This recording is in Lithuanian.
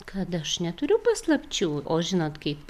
kad aš neturiu paslapčių o žinot kaip